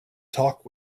talk